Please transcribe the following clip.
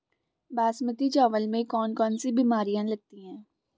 बासमती चावल में कौन कौन सी बीमारियां लगती हैं?